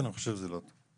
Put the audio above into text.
אני חושב שזה לא טוב.